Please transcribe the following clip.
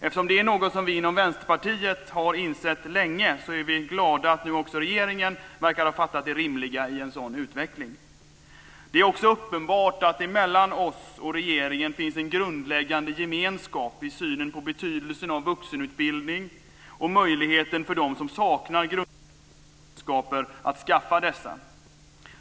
Eftersom det är något som vi i Vänsterpartiet har insett länge, är vi glada att nu också regeringen verkar ha fattat det rimliga i en sådan utveckling. Det är också uppenbart att det finns en grundläggande gemenskap mellan oss och regeringen i synen på betydelsen av vuxenutbildning och möjligheten för dem som saknar grundläggande kunskaper att skaffa dessa.